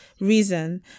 reason